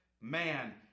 man